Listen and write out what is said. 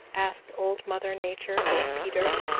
asked old mother nature of peter.